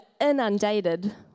inundated